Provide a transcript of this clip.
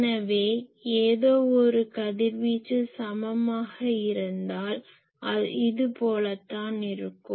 எனவே ஏதோ ஒரு கதிர்வீச்சு சமமாக இருந்தால் இது போலதான் இருக்கும்